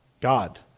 God